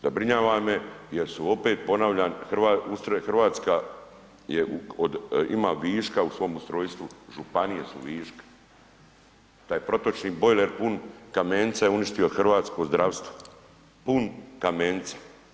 Zabrinjava me jel su opet ponavljam, Hrvatska ima viška u svom ustrojstvu, županije su viška, taj protočni bojler pun kamenca je uništio hrvatsko zdravstvo, pun kamenca.